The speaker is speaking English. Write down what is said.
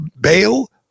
bail